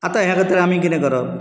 आतां ह्या खातीर आमी कितें करप